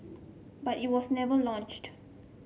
but it was never launched